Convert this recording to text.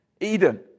Eden